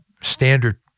standard